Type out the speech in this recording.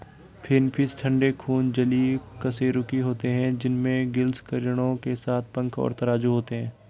finfish ठंडे खून जलीय कशेरुकी होते हैं जिनमें गिल्स किरणों के साथ पंख और तराजू होते हैं